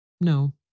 No